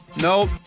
Nope